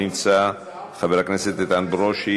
חבר הכנסת אמיר אוחנה,